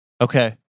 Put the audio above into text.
Okay